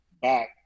back